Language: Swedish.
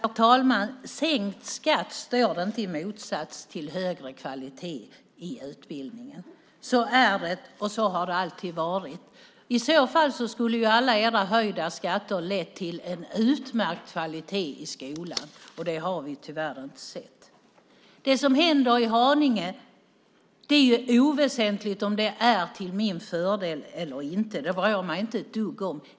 Herr talman! Sänkt skatt står inte i motsatsställning till högre kvalitet i utbildningen. Så är det, och så har det alltid varit. I annat fall skulle väl alla höjda skatter under Socialdemokraternas tid ha lett till en utmärkt kvalitet i skolan, och det har vi tyvärr inte sett. Det är oväsentligt om det som händer i Haninge är till min fördel eller inte. Det bryr jag mig inte ett dugg om.